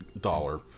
Dollar